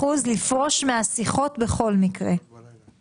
רוויזיה על הסתייגות מספר 10. מי בעד